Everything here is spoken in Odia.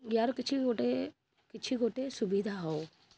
ୟାର କିଛି ଗୋଟିଏ କିଛି ଗୋଟିଏ ସୁବିଧା ହେଉ